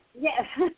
Yes